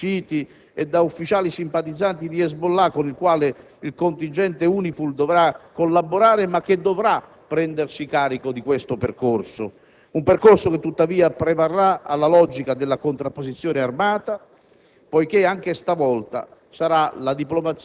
che - è vero - è permeato da 13.000 soldati sciiti e da ufficiali simpatizzanti di Hezbollah, con il quale il contingente UNIFIL dovrà collaborare, ma che dovrà prendersi carico di questo percorso, un percorso che tuttavia prevarrà sulla logica della contrapposizione armata,